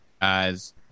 guys